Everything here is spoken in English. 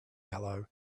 yellow